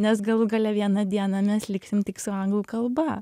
nes galų gale vieną dieną mes liksim tik su anglų kalba